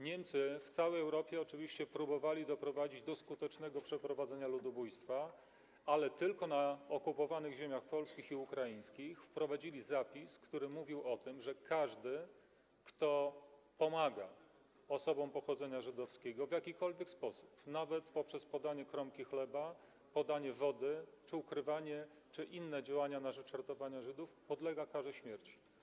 Niemcy w całej Europie oczywiście próbowali doprowadzić do skutecznego przeprowadzenia planu ludobójstwa, ale tylko na okupowanych ziemiach polskich i ukraińskich wprowadzili zapis, który mówił o tym, że każdy, kto pomaga osobom pochodzenia żydowskiego w jakikolwiek sposób, nawet poprzez podanie kromki chleba, podanie wody, ukrywanie czy inne działania na rzecz ich ratowania, podlega karze śmierci.